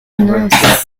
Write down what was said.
une